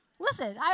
Listen